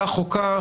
כך או כך,